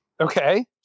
okay